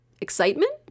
Excitement